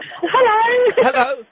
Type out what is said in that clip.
Hello